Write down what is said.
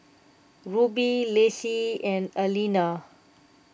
Ruby Lacie and Aleena